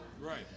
right